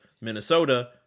Minnesota